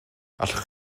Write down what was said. allwch